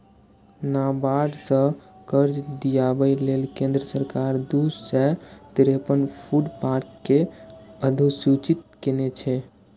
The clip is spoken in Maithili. नाबार्ड सं कर्ज दियाबै लेल केंद्र सरकार दू सय तिरेपन फूड पार्क कें अधुसूचित केने छै